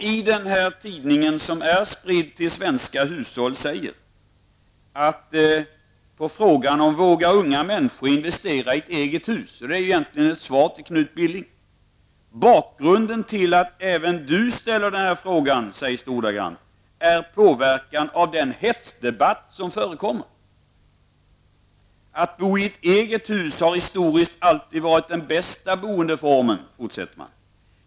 I den tidning som sprids till svenska hushåll säger han, som svar på frågan om unga människor vågar investera i ett eget hus -- det är egentligen ett svar till Knut Billing -- att bakgrunden till att även du ställer den här frågan är påverkan av den hetsdebatt som förekommer''. Att bo i ett eget hus har historiskt alltid varit den bästa boendeformen, fortsätter man.